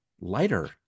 lighter